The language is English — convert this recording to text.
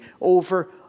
over